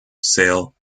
sale